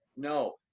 No